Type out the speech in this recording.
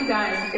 guys